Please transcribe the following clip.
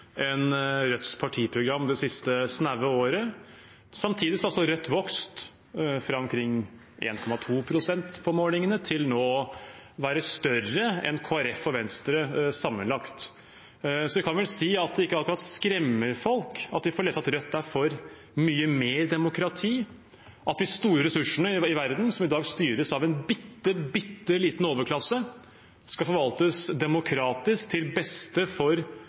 enn Rødts partiprogram. Samtidig har Rødt vokst fra omkring 1,2 pst. på målingene til nå å være større enn Kristelig Folkeparti og Venstre sammenlagt. Så vi kan vel si at det ikke akkurat skremmer folk å få lese at Rødt er for mye mer demokrati, og at de store ressursene i verden, som i dag styres av en bitte, bitte liten overklasse, skal forvaltes demokratisk, til beste for